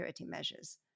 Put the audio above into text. measures